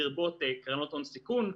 לרבות קרנות הון סיכון.